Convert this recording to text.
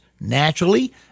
naturally